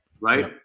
Right